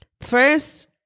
first